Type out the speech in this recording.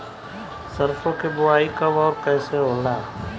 सरसो के बोआई कब और कैसे होला?